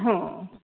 हां